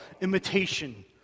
imitation